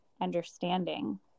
Understanding